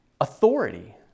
authority